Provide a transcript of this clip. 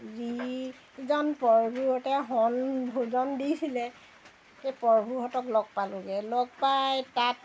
যিজন পৰভূহঁতে শৰণ ভজন দিছিলে সেই পৰভূহঁতক লগ পালোঁগৈ লগ পাই তাত